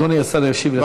אדוני השר ישיב לכולם.